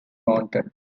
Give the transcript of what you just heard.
wanted